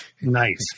nice